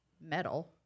metal